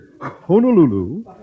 Honolulu